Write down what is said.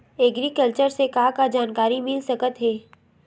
Agriculture से का का जानकारी मिल सकत हे?